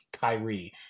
Kyrie